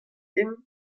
int